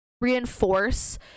reinforce